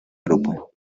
grupo